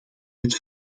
met